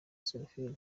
seraphine